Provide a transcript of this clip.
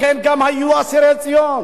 לכן גם היו אסירי ציון.